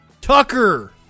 Tucker